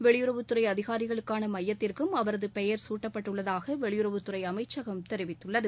வெளியுறவுத்துறை அதிகாரிகளுக்கான மையத்திற்கும் அவரது பெயர் சூட்டப்பட்டுள்ளதாக வெளியுறவுத்துறை அமைச்சகம் தெரிவித்துள்ளது